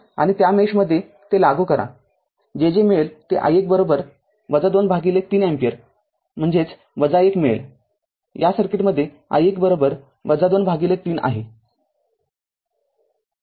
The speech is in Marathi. आणि त्या मेषमध्ये ते लागू करा जे जे मिळेल ते i१ २ भागिले ३ अँपिअर म्हणजेच i१ मिळेल या सर्किटमध्ये i१ २ भागिले ३ आहे